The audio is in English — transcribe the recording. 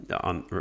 on